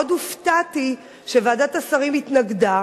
מאוד הופתעתי שוועדת השרים התנגדה